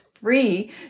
free